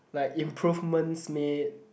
like improvements made